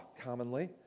commonly